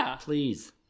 please